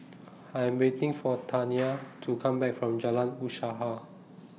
I Am waiting For Taniyah to Come Back from Jalan Usaha